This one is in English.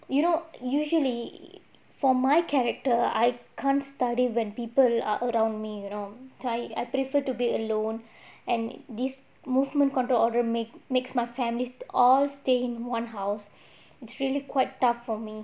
you know usually for my character I can't study when people are around me you know so I prefer to be alone and this movement control order make makes my family all stay in one house it's really quite tough for me